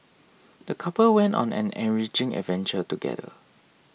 the couple went on an enriching adventure together